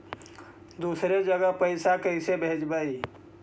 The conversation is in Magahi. दुसरे जगह पैसा कैसे भेजबै?